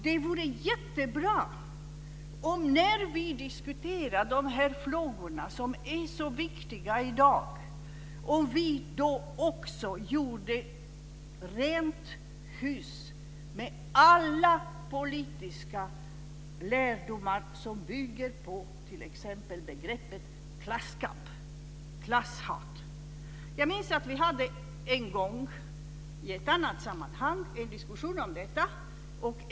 Det vore alltså jättebra om vi, när vi diskuterar de här frågorna som är så viktiga i dag, också gjorde rent hus med alla politiska lärdomar som bygger på begrepp som klasskamp och klasshat. Jag minns att vi en gång hade en diskussion om detta i ett annat sammanhang.